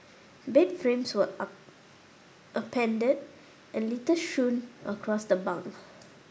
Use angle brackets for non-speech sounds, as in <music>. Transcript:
bed frames were <unintelligible> upended and litter strewn across the bunk